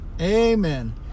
Amen